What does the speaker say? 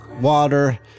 water